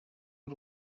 w’u